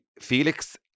felix